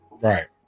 Right